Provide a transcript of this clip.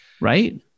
right